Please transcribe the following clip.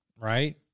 Right